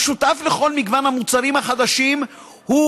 המשותף לכל מגוון המוצרים החדשים הוא